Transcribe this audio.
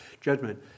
judgment